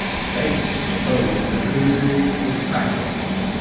spain, napoleon concluded, was backwards,